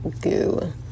goo